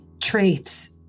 traits